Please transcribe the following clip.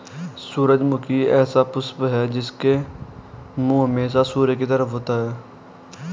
सूरजमुखी ऐसा पुष्प है जिसका मुंह हमेशा सूर्य की तरफ रहता है